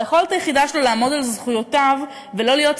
והיכולת היחידה שלו לעמוד על זכויותיו ולא להיות